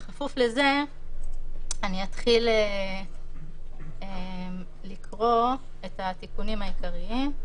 בכפוף לזה אני אתחיל לקרוא את התיקונים העיקריים.